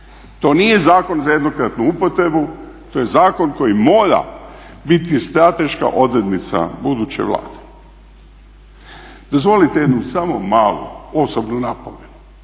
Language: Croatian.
To nije zakon za jednokratnu upotrebu, to je zakon koji mora biti strateška odrednica buduće Vlade. Dozvolite jednu samo malo osobnu napomenu,